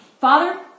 Father